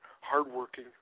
hardworking